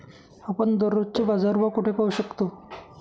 आपण दररोजचे बाजारभाव कोठे पाहू शकतो?